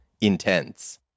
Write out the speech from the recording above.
intense